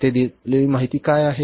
येथे दिलेली माहिती काय आहे